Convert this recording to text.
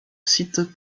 sites